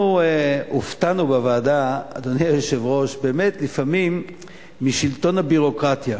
אנחנו בוועדה הופתענו משלטון הביורוקרטיה.